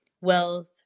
wealth